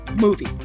movie